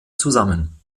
zusammen